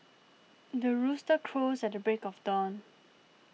the rooster crows at the break of dawn